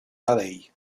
ali